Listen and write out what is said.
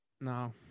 no